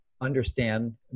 understand